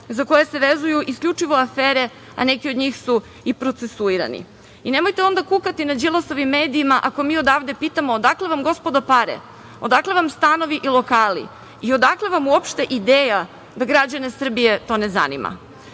za koje se vezuju isključivo afere, a neki od njih su i procesuirani. Nemojte onda kukati nad Đilasovim medijima, ako mi odavde pitamo, odakle vam gospodo pare, odakle vam stanovi i lokali i odakle vam uopšte ideja, da građane Srbije to ne zanima.